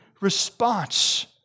response